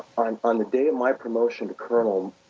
on on the day of my promotion to colonel,